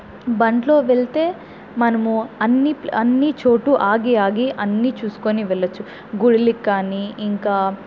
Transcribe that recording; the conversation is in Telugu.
బండ్లో వెళ్తే మనము అన్ని అన్ని చోటు ఆగి ఆగి అన్ని చూసుకుని వెళ్ళొచ్చు గుడులకి కాని ఇంకా